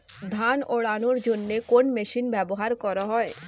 ধান উড়ানোর জন্য কোন মেশিন ব্যবহার করা হয়?